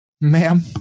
ma'am